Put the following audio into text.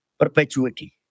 perpetuity